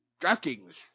DraftKings